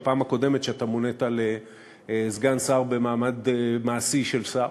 בפעם הקודמת שאתה מונית לסגן שר במעמד מעשי של שר.